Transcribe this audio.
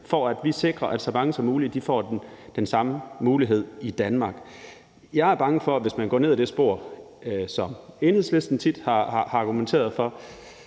for at vi sikrer, at så mange som muligt får den samme mulighed i Danmark. Jeg er bange for, at hvis man går ned ad det spor, som Enhedslisten tit har argumenteret for,